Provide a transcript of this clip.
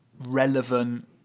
relevant